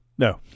No